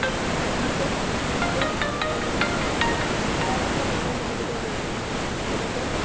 അതൊക്കെ നമുക്ക് കൂടുതൽ ഉപകാരപ്രദമാണെന്ന് നമുക്ക് തോന്നുന്നു അതൊക്കെ